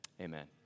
Amen